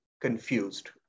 confused